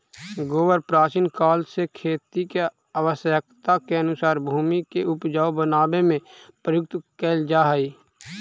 गोबर प्राचीन काल से खेती के आवश्यकता के अनुसार भूमि के ऊपजाऊ बनावे में प्रयुक्त कैल जा हई